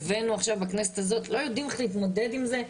שהבאנו עכשיו בכנסת הזאת ולא יודעים איך להתמודד עם זה,